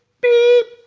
beep!